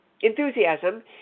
enthusiasm